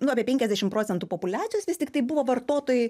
nu apie penkiasdešim procentų populiacijos vis tiktai buvo vartotojai